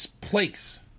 place